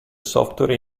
software